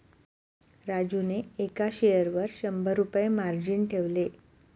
राजूने एका शेअरवर शंभर रुपये मार्जिन ठेवले